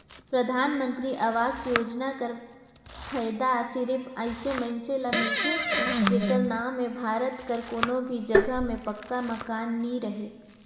परधानमंतरी आवास योजना कर फएदा सिरिप अइसन मइनसे ल मिलथे जेकर नांव में भारत कर कोनो भी जगहा में पक्का मकान नी रहें